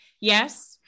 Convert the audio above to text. Yes